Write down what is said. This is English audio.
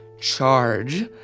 charge